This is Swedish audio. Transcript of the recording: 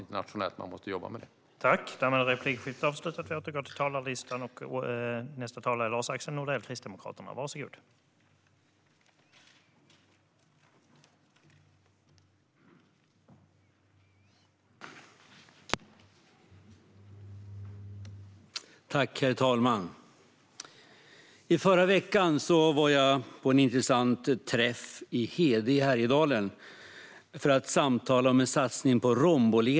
Men man måste jobba med det internationellt.